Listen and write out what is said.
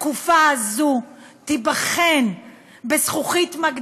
התקופה הזו תיבחן בזכוכית,